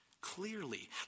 clearly